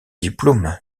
diplôme